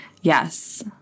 yes